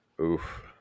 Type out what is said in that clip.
Oof